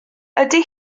ydy